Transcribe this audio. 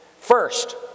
First